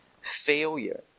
failure